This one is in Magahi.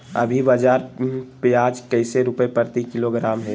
अभी बाजार प्याज कैसे रुपए प्रति किलोग्राम है?